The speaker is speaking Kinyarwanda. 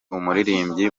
umuririmbyi